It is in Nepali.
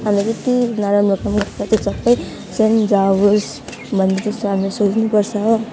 हामीले जति नराम्रो काम गरेको छ त्यो सब स्वयम् जावोस् भन्नु पर्छ हामीले सोच्नु पर्छ हो